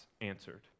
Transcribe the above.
answered